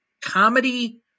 comedy